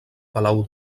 palau